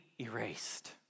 erased